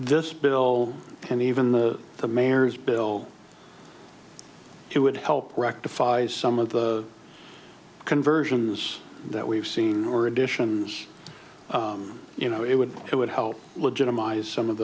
this bill and even the the mayor's bill it would help rectify some of the conversions that we've seen or additional you know it would it would help legitimize some of